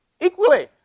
equally